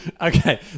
okay